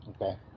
Okay